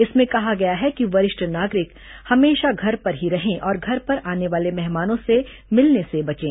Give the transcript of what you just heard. इसमें कहा गया है कि वरिष्ठ नागरिक हमेशा घर पर ही रहे और घर पर आने वाले मेहमानों से मिलने से बचें